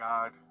God